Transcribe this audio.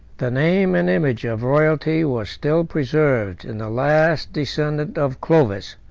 the name and image of royalty was still preserved in the last descendant of clovis,